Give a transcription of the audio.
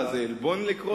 אה, זה עלבון לקרוא צפורה?